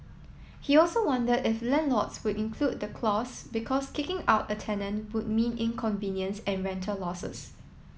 he also wondered if landlords would include the clause because kicking out a tenant would mean inconvenience and rental losses